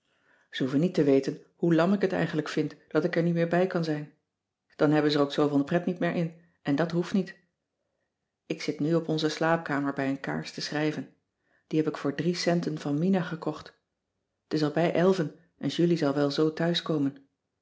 niet te weten hoe lam ik het eigenlijk vind dat ik er niet meer bij kan zijn dan hebben zij er ook zooveel pret niet meer in en dat hoeft niet ik zit nu op onze slaapkamer bij een kaars te schrijven die heb ik voor drie centen van mina gekocht t is al bij elven en julie zal wel zoo thuiskomen